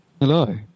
Hello